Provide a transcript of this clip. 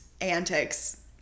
antics